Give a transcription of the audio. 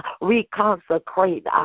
reconsecrate